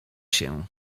się